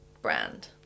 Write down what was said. brand